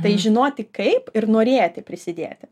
tai žinoti kaip ir norėti prisidėti